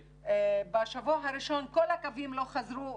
בשבוע הראשון כל הקווים לא חזרו,